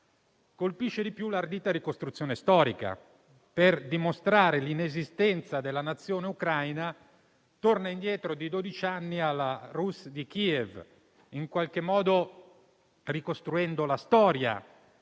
colpisce ancora di più l'ardita ricostruzione storica. Per dimostrare l'inesistenza della nazione Ucraina, infatti, torna indietro di dodici secoli, alla Rus' di Kiev, in qualche modo ricostruendo la storia.